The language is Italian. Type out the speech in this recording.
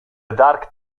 dark